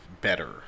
better